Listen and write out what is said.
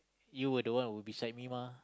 you were the one who beside me mah